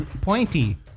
pointy